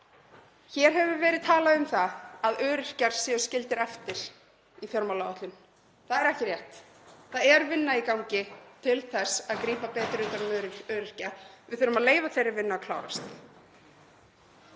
Hér hefur verið talað um það að öryrkjar séu skildir eftir í fjármálaáætlun. Það er ekki rétt, það er vinna í gangi til þess að grípa betur utan um öryrkja. Við þurfum að leyfa þeirri vinnu að klárast.